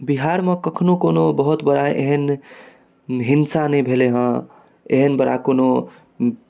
बिहारमे कखनो कोनो बहुत बड़ा एहन हिंसा नहि भेलै हँ एहन बड़ा कोनो